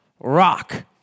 Rock